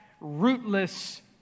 rootless